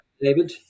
David